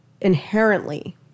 inherently